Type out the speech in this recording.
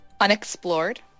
Unexplored